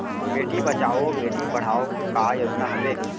बेटी बचाओ बेटी पढ़ाओ का योजना हवे?